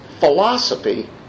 philosophy